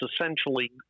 essentially